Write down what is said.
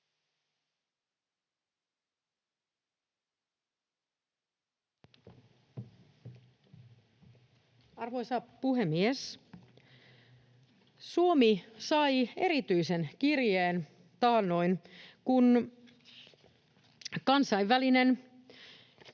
Arvoisa puhemies! Suomi sai erityisen kirjeen taannoin, kun Kansainvälinen